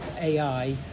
ai